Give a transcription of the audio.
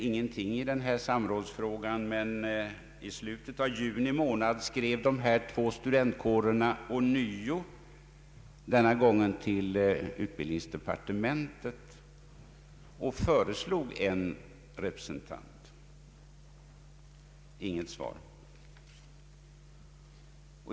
Ingenting hände i samrådsfrågan, men i slutet av juni månad skrev dessa två studentkårer ånyo — denna gång till utbildningsdepartementet — och föreslog en repre sentant. De fick inte något svar.